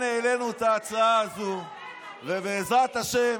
אני מדבר כרגע מה הצבענו כשאתם הייתם,